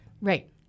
Right